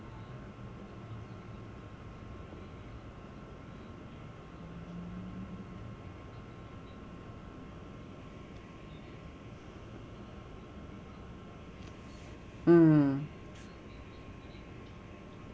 mm